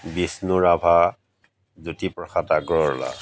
Bishnu Rabha Jyotiprasad Agarwala